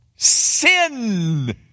Sin